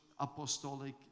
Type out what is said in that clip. Apostolic